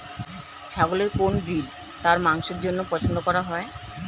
ছাগলের কোন ব্রিড তার মাংসের জন্য পছন্দ করা হয়?